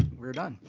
we are are done.